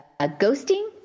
Ghosting